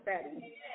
study